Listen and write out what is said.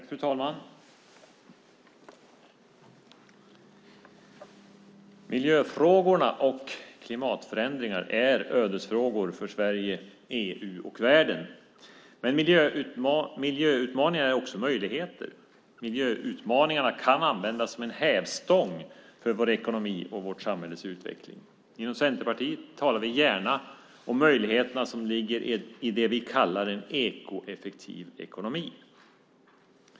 Fru talman! Miljöfrågorna och klimatförändringar är ödesfrågor för Sverige, EU och världen. Men miljöutmaningarna är också möjligheter. Miljöutmaningarna kan användas som en hävstång för vår ekonomi och vårt samhälles utveckling. Inom Centerpartiet talar vi gärna om möjligheterna som ligger i det vi kallar en ekoeffektiv ekonomi.